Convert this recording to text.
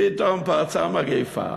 פתאום פרצה מגפה